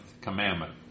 commandment